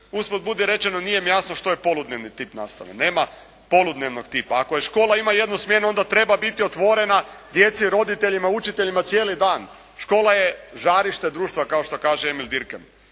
Usput budi rečeno, nije mi jasno što je poludnevni tip nastave. Nema poludnevnog tipa. Ako škola ima jednu smjenu onda treba biti otvorena djeci i roditeljima, učiteljima cijeli dan. Škola je žarište društva kao što kaže Emil Durken.